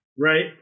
Right